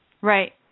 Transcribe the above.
Right